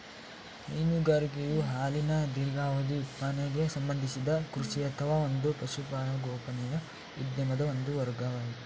ಹೈನುಗಾರಿಕೆಯು ಹಾಲಿನ ದೀರ್ಘಾವಧಿ ಉತ್ಪಾದನೆಗೆ ಸಂಬಂಧಿಸಿದ ಕೃಷಿ ಅಥವಾ ಒಂದು ಪಶುಸಂಗೋಪನೆಯ ಉದ್ಯಮದ ಒಂದು ವರ್ಗವಾಗಯ್ತೆ